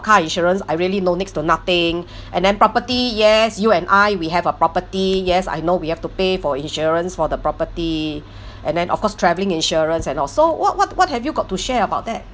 car insurance I really know next to nothing and then property yes you and I we have a property yes I know we have to pay for insurance for the property and then of course travelling insurance and all so what what what have you got to share about that